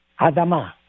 Adama